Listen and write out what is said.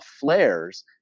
flares